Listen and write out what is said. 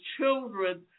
children